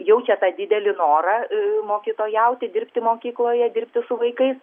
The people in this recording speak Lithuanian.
jaučia tą didelį norą mokytojauti dirbti mokykloje dirbti su vaikais